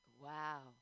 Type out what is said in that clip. Wow